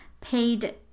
paid